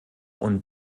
und